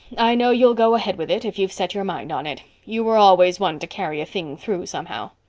i know you'll go ahead with it if you've set your mind on it. you were always one to carry a thing through somehow.